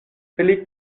pli